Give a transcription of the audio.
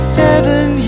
seven